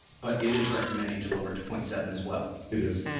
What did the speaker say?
but it is recommending to lower it to point seven as well? it is.